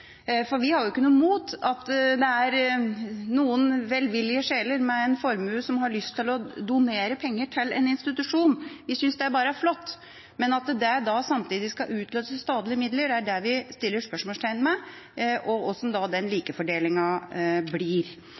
Vi har ikke noe imot at det er noen velvillige sjeler med en formue som har lyst til å donere penger til en institusjon – det synes vi bare er flott. Men at det da samtidig skal utløse statlige midler, setter vi spørsmålstegn ved, og ved hvordan likefordelingen da blir.